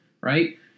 right